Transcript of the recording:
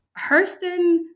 Hurston